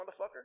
motherfucker